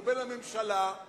הוא לא בין הקואליציה לחבר הכנסת,